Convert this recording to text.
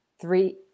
three